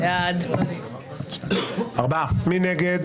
מי נגד?